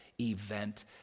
event